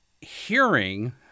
hearing